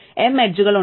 m എഡ്ജുകളുണ്ട്